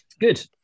Good